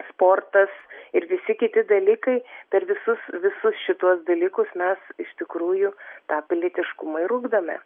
sportas ir visi kiti dalykai per visus visus šituos dalykus mes iš tikrųjų tą pilietiškumą ir ugdome